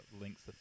links